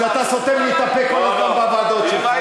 שאתה סותם לי את הפה כל הזמן בוועדות שלך.